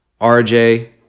RJ